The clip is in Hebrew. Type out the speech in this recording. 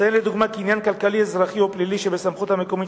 אציין לדוגמה כי עניין כלכלי אזרחי או פלילי שבסמכות המקומית